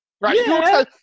right